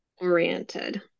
oriented